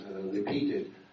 repeated